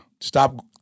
Stop